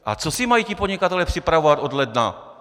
A co si mají ti podnikatelé připravovat od ledna?